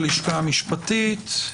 הלשכה המשפטית.